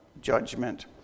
judgment